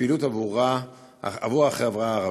לפעילות עבור החברה הערבית.